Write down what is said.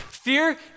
Fear